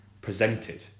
presented